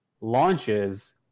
launches